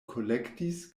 kolektis